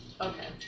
Okay